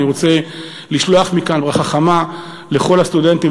ואני רוצה לשלוח מכאן ברכה חמה לכל הסטודנטים